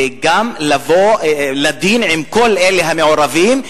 וגם לבוא לדין עם כל אלה המעורבים,